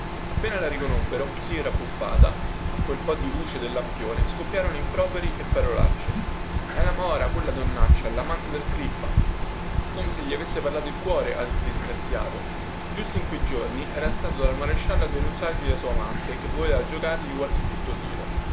appena la riconobbero così rabbuffata a quel po di luce del lampione scoppiarono improperi e parolacce è la mora quella donnaccia lamante del crippa come se gli avesse parlato il cuore al disgraziato giusto in quei giorni era stato dal maresciallo a denunziargli la sua amante che voleva giocargli qualche brutto tiro